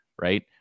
right